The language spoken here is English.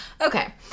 Okay